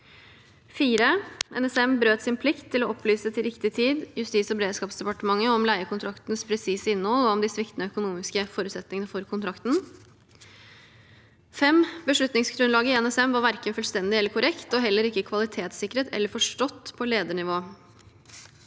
4. NSM brøt sin plikt til å opplyse til riktig tid Justis- og beredskapsdepartementet om leiekontraktens presise innhold og om de sviktende økonomiske forutsetningene for kontrakten. 5. Beslutningsgrunnlaget i NSM var verken fullstendig eller korrekt og heller ikke kvalitetssikret eller forstått på ledernivå.